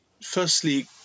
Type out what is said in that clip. Firstly